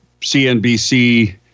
CNBC